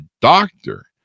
doctor